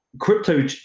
crypto